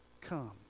come